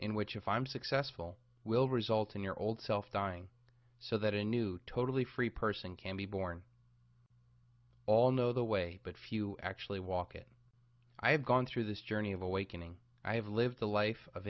in which if i'm successful will result in your old self dying so that a new totally free person can be born all know the way but few actually walk it i have gone through this journey of awakening i have lived a life of